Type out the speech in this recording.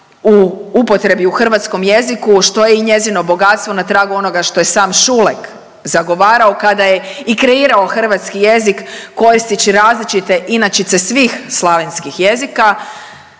u upotrebi u hrvatskom jeziku, što je i njezino bogatstvo na tragu onoga što je sam Šulek zagovarao kada je i kreirao hrvatski jezik koristeći različite inačice svih slavenskih jezika,